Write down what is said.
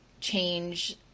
change